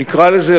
נקרא לזה,